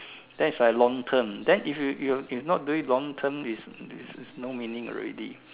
then is like long term then if you if you not doing long term is no meaning already